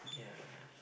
yeah